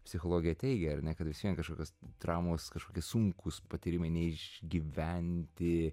psichologija teigia ar ne vis vien kažkokios dramos kažkokie sunkūs patyrimai neišgyventi